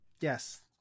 Yes